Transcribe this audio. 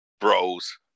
bros